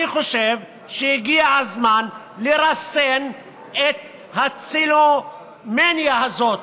אני חושב שהגיע הזמן לרסן את הצילומניה הזאת,